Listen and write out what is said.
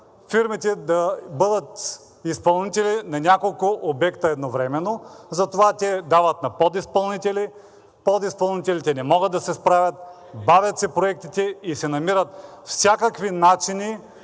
фирмите да бъдат изпълнители на няколко обекта едновременно. Затова те дават на подизпълнители, подизпълнителите не могат да се справят, бавят се проектите и се намират всякакви начини